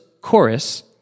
chorus